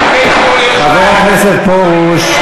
חבר הכנסת פרוש,